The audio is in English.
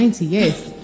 yes